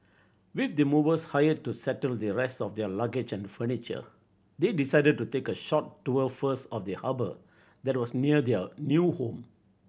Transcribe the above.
with the movers hired to settle their rest of their luggage and furniture they decided to take a short tour first of their harbour that was near their new home